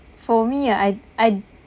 for me ah I I